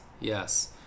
yes